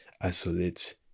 isolate